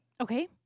Okay